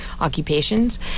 occupations